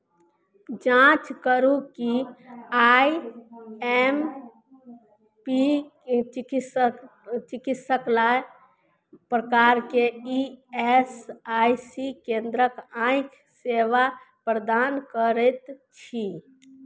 जाँच करू कि आइ एम पी चिकित्सक चिकित्सालय प्रकारके ई एस आइ सी केंद्रक आँखि सेवा प्रदान करैत छी